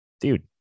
dude